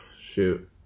shoot